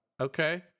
Okay